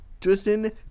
Tristan